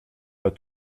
pas